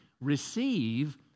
receive